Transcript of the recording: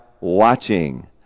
watching